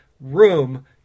room